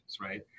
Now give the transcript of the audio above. right